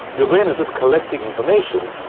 your brain is just collecting information,